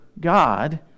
God